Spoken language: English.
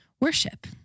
worship